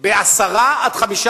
מטפלת ב-10% 15%,